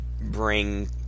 bring